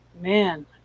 man